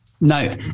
No